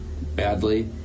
badly